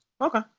okay